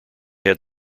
had